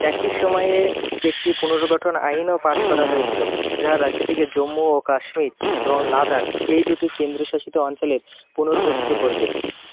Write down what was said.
একই সময়ে একটি পুনর্গঠন আইনও পাশ করা হয়েছিল যা রাজ্যটিকে জম্মু ও কাশ্মীর এবং লাদাখ এই দুটি কেন্দ্রশাসিত অঞ্চলের পুনর্গঠিত করবে